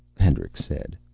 hendricks said.